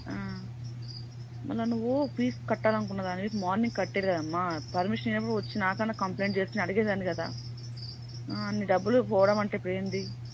మళ్ళా నువ్వు ఫీజు కట్టాలి అనుకున్న దానివి మార్నింగ్ కట్టేయాలి కదమ్మా పర్మిషన్ ఇవ్వనప్పుడు వచ్చి నా కన్నా కంప్లైంట్ చేస్తే నేను అడిగేదాన్ని కదా అన్ని డబ్బులు పోవడం అంటే ఇప్పుడు ఏంటి